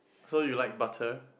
so you like butter